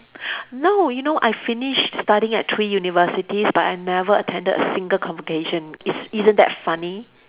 no you know I finished studying at three universities but I never attended a single convocation is isn't that funny